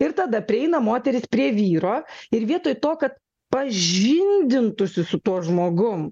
ir tada prieina moteris prie vyro ir vietoj to kad pažindintųsi su tuo žmogum